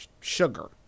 sugar